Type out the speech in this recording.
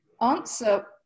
Answer